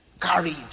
Carried